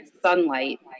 sunlight